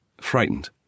frightened